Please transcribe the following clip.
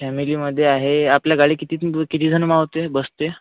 फॅमिलीमध्ये आहे आपल्या गाडीत किती जण ब किती जण मावते बसते